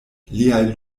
liaj